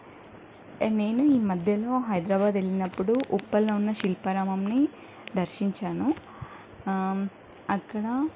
నేను ఈ మధ్యలో హైదరాబాదు వెళ్ళినప్పుడు ఉప్పంలో ఉన్న శిల్పారామంని దర్శించాను అక్కడ